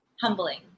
humbling